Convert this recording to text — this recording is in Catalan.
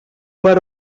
per